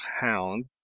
hound